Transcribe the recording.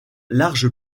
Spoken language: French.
large